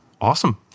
Awesome